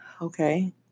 Okay